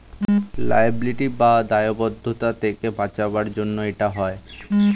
liability বা দায়বদ্ধতা থেকে বাঁচাবার জন্য এটা হয়